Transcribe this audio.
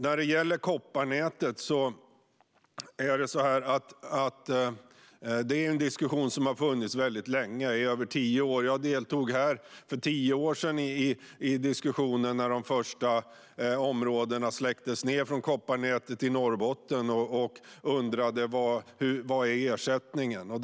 När det gäller kopparnätet är det en diskussion som har funnits länge, i över tio år. Jag deltog i diskussionen här för tio år sedan, när kopparnätet släcktes ned i de första områdena i Norrbotten, och undrade vad ersättningen är.